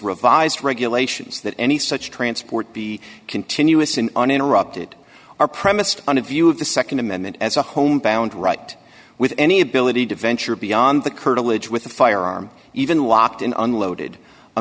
revised regulations that any such transport be continuous in uninterrupted are premised on a view of the nd amendment as a homebound right with any ability to venture beyond the curtilage with a firearm even locked in unloaded a